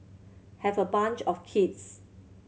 have a bunch of kids